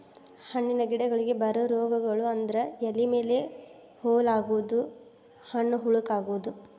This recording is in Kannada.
ಹಣ್ಣಿನ ಗಿಡಗಳಿಗೆ ಬರು ರೋಗಗಳು ಅಂದ್ರ ಎಲಿ ಮೇಲೆ ಹೋಲ ಆಗುದು, ಹಣ್ಣ ಹುಳಕ ಅಗುದು